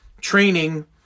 training